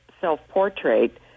self-portrait